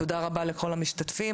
תודה רבה לכל המשתתפים.